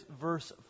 verse